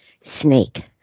snake